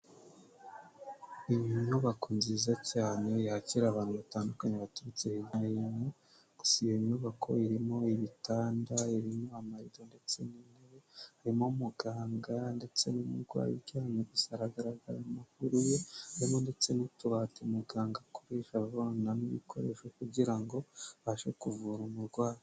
Inyubako nziza cyane yakira abantu batandukanye baturutse hirya no hino, gusa iyo nyubako irimo ibitanda, irimo amarido, ndetse n'intebe, harimo muganga ndetse n'umurwayi uryamye gusa haragaragara amaguru ye, harimo ndetse n'utubati muganga akoresha avanamo ibikoresho kugirango abashe kuvura umurwayi.